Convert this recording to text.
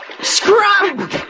Scrub